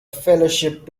fellowship